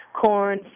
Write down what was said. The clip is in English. corn